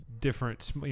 different